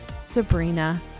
Sabrina